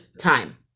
time